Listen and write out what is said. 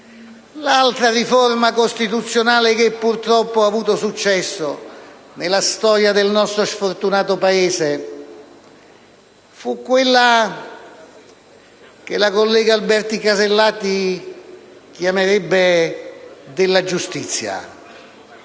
L'altra riforma costituzionale che purtroppo ha avuto successo nella storia del nostro sfortunato Paese fu quella che la collega Alberti Casellati chiamerebbe «della giustizia».